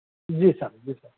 جی sir جی سر